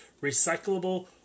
recyclable